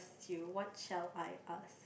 s~ you what should I ask